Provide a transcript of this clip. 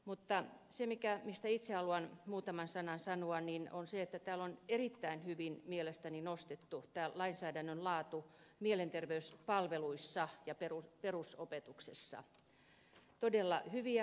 mutta se mistä itse haluan muutaman sanan sanoa on se että täällä on erittäin hyvin mielestäni nostettu esille lainsäädännön laatu mielenterveyspalveluissa ja perusopetuksessa todella hyviä